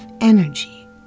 energy